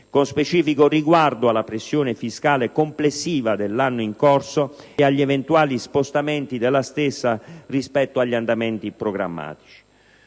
con specifico riguardo alla pressione fiscale complessiva dell'anno in corso e agli eventuali spostamenti della stessa rispetto agli andamenti programmatici.